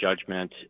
judgment